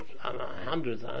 Hundreds